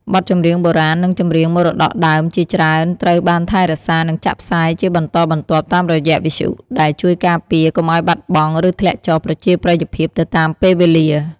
បទចម្រៀងបុរាណ និងចម្រៀងមរតកដើមជាច្រើនត្រូវបានថែរក្សា និងចាក់ផ្សាយជាបន្តបន្ទាប់តាមរយៈវិទ្យុ ដែលជួយការពារកុំឲ្យបាត់បង់ ឬធ្លាក់ចុះប្រជាប្រិយភាពទៅតាមពេលវេលា។